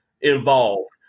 involved